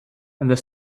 their